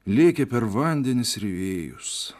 lėkė per vandenis ir vėjus